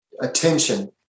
attention